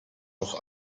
doch